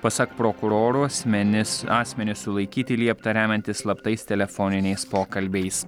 pasak prokuroro asmenis asmenis sulaikyti liepta remiantis slaptais telefoniniais pokalbiais